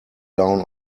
down